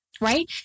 Right